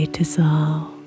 dissolve